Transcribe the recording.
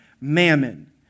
mammon